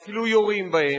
ואפילו יורים בהם,